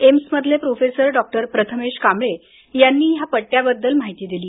एम्समधले professor doctor Prathamesh Kamble यांनी ह्या पट्ट्याबद्दल माहिती दिली